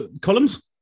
Columns